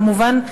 כמובן,